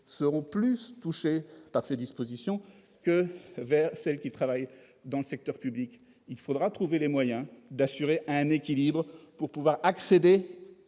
seront plus touchées par les dispositions prévues que celles qui travaillent dans le secteur public. Il faudra trouver les moyens d'assurer un équilibre, afin qu'il soit